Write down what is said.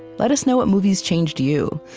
let us know what movies changed you,